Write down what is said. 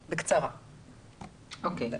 טוב,